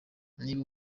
niba